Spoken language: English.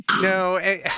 No